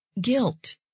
guilt